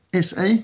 SA